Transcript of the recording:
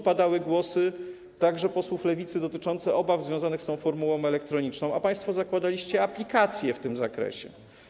Padały tu głosy, także posłów Lewicy, dotyczące obaw związanych z formułą elektroniczną, a państwo sami zakładaliście aplikację w tym zakresie.